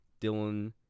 Dylan